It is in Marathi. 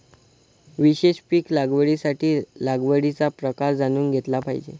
विशेष पीक लागवडीसाठी लागवडीचा प्रकार जाणून घेतला पाहिजे